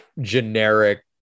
generic